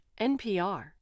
NPR